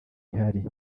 ihari